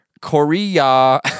Korea